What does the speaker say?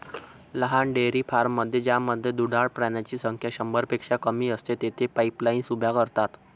लहान डेअरी फार्ममध्ये ज्यामध्ये दुधाळ प्राण्यांची संख्या शंभरपेक्षा कमी असते, तेथे पाईपलाईन्स उभ्या करतात